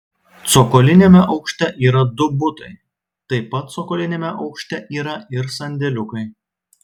cokoliniame aukšte yra du butai taip pat cokoliniame aukšte yra ir sandėliukai